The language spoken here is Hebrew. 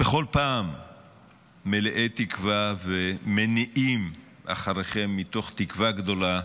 פעם מלאי תקווה ומניעים אחריכם מתוך תקווה גדולה